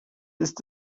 ist